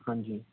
ਹਾਂਜੀ